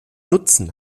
nutzen